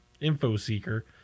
info-seeker